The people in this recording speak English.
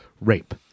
rape